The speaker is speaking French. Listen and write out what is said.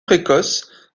précoce